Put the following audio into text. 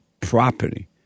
Property